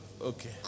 Okay